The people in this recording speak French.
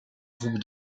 groupe